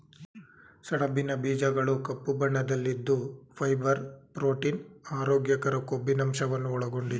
ಸಣಬಿನ ಬೀಜಗಳು ಕಪ್ಪು ಬಣ್ಣದಲ್ಲಿದ್ದು ಫೈಬರ್, ಪ್ರೋಟೀನ್, ಆರೋಗ್ಯಕರ ಕೊಬ್ಬಿನಂಶವನ್ನು ಒಳಗೊಂಡಿದೆ